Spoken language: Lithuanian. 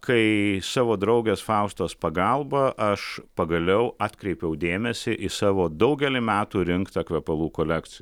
kai savo draugės faustos pagalba aš pagaliau atkreipiau dėmesį į savo daugelį metų rinktą kvepalų kolekciją